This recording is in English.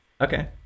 Okay